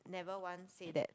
never once say that